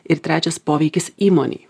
ir trečias poveikis įmonei